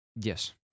Yes